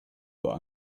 but